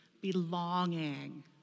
belonging